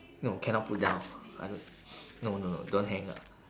no cannot put down I don't no no no don't hang up